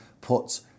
put